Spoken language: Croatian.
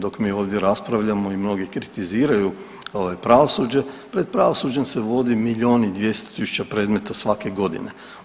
Dok mi ovdje raspravljamo i mnogi kritiziraju ovaj, pravosuđe, pred pravosuđem se vodi milijun i 200 tisuća predmeta svake godine.